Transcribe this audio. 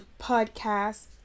podcast